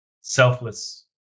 selfless